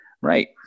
Right